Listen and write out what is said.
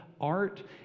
art